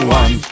one